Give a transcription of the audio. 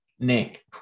Nick